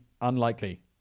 unlikely